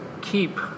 keep